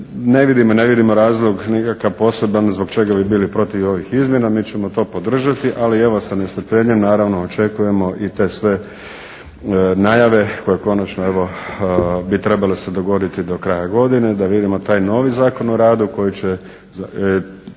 ne vidimo razlog nikakav poseban zbog čega bi bili protiv ovih izmjena, mi ćemo to podržati, ali ja vas sa nestrpljenjem naravno očekujemo i te sve najave koje konačno evo bi trebale se dogoditi do kraja godine da vidimo taj novi Zakon o radu koji će